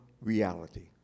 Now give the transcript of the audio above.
reality